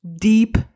deep